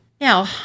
Now